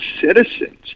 citizens